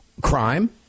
crime